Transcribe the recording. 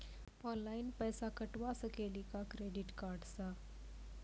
Online पैसा कटवा सकेली का क्रेडिट कार्ड सा?